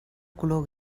color